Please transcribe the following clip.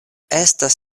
estas